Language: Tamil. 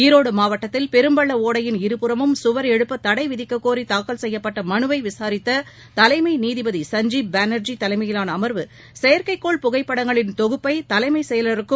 ஈரோடுமாவட்டத்தில் பெரும்பள்ளஒடையின் இருபுறமும் கவர் எழுப்பதடைவிதிக்கக் கோரிதாக்கல் செய்யப்பட்டமனுவைவிசாரித்ததலைமைநீதிபதிதிரு தலையிலானஅமர்வு செயற்கைக்கோள் புகைப்படங்களின் தொகுப்பதலைமைச் செயலருக்கும்